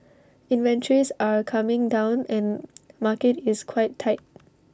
inventories are coming down and market is quite tight